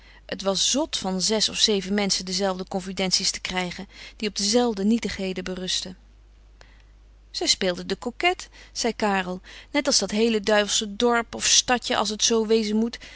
het was zot van zes of zeven menschen dezelfde confidenties te krijgen die op dezelfde nietigheden berustten zij speelde de coquette zei karel net als dat heele duivelsche dorp of stadje als het zoo wezen moet